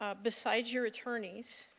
ah beside your attorneys,